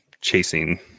chasing